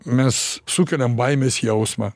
mes sukeliam baimės jausmą